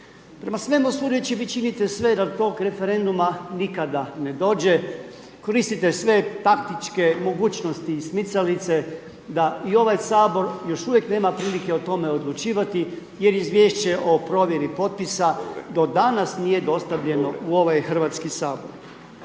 Prema svemu sudeći, vi činite sve da tog referenduma nikada ne dođe, koristite sve taktičke mogućnosti i smicalice da i ovaj Sabor još uvijek nema prilike o tome odlučivati jer izvješće o provjeri potpisa do danas nije dostavljeno u ovaj HS. Stoga